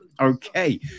Okay